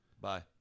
Bye